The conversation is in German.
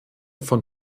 von